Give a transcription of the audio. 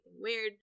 weird